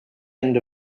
end